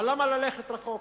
אבל למה ללכת רחוק?